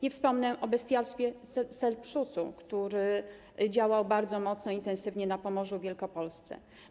Nie wspomnę o bestialstwie Selbstschutzu, który działał bardzo mocno i intensywnie na Pomorzu i w Wielkopolsce.